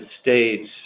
States